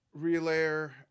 Relayer